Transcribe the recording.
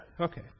Okay